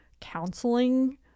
counseling